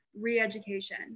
re-education